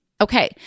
Okay